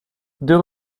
deux